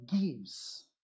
gives